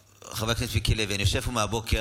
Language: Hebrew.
חבר הכנסת מיקי לוי, אני יושב פה מהבוקר,